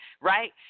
right